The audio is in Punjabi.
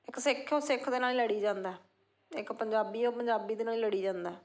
ਇੱਕ ਸਿੱਖ ਉਹ ਸਿੱਖ ਦੇ ਨਾਲ ਹੀ ਲੜੀ ਜਾਂਦਾ ਇੱਕ ਪੰਜਾਬੀ ਉਹ ਪੰਜਾਬੀ ਦੇ ਨਾਲ ਹੀ ਲੜੀ ਜਾਂਦਾ